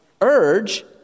urge